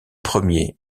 premier